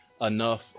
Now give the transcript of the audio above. enough